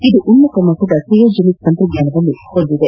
ಇದು ಉನ್ನತ ಮಟ್ಟದ ಕ್ರೆಯೋಜೆನಿಕ್ ತಂತ್ರಜ್ಞಾನವನ್ನು ಹೊಂದಿದೆ